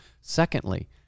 secondly